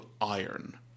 iron